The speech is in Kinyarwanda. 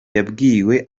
yabwiwe